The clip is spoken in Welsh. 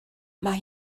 mae